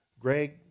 Greg